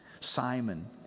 Simon